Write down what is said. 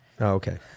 Okay